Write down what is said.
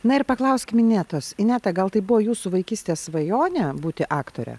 na ir paklauskim inetos ineta gal tai buvo jūsų vaikystės svajonė būti aktore